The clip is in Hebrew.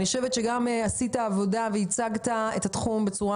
אני חושבת שאתה ייצגת את התחום הזה בצורה